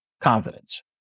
confidence